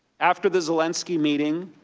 after the zelensky meeting,